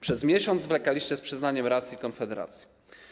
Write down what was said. Przez miesiąc zwlekaliście z przyznaniem racji Konfederacji.